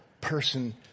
person